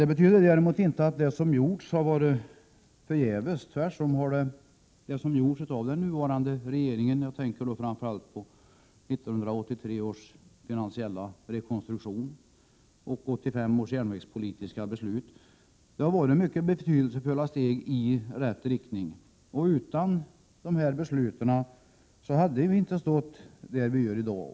Det betyder inte att det som gjorts har varit förgäves. Tvärtom; det som gjorts av den nuvarande regeringen — jag tänker då framför allt på 1983 års finansiella rekonstruktion och 1985 års järnvägspolitiska beslut — har varit mycket betydelsefulla steg i rätt riktning. Utan de besluten hade vi inte stått där vi står i dag.